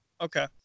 okay